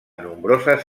nombroses